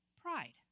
pride